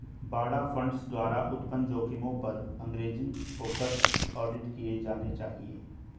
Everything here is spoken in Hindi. बाड़ा फंड्स द्वारा उत्पन्न जोखिमों पर अंग्रेजी फोकस्ड ऑडिट किए जाने चाहिए